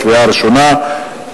קריאה ראשונה.